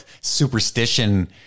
superstition